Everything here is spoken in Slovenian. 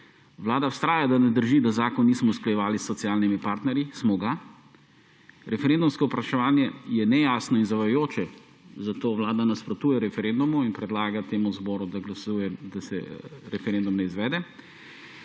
Vlada vztraja, da ne drži, da zakona nismo usklajevali s socialnimi partnerji, smo ga. Referendumsko vprašanje je nejasno in zavajajoče, zato Vlada nasprotuje referendumu in predlaga Državnemu zboru, da glasuje za to, da se referenduma ne izvede.